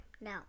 No